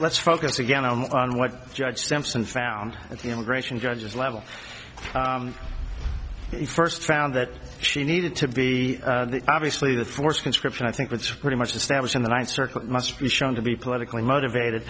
let's focus again on what judge simpson found at the immigration judges level he first found that she needed to be obviously the force conscription i think that's pretty much established in the ninth circuit must be shown to be politically motivated